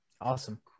Awesome